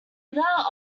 without